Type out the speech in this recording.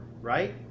right